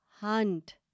hunt